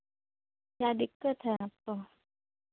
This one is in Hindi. क्या दिक्कत है आपको